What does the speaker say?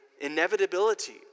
inevitability